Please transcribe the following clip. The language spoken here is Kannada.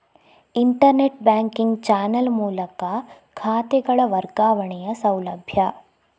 ಇಂಟರ್ನೆಟ್ ಬ್ಯಾಂಕಿಂಗ್ ಚಾನೆಲ್ ಮೂಲಕ ಖಾತೆಗಳ ವರ್ಗಾವಣೆಯ ಸೌಲಭ್ಯ